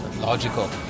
logical